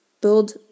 Build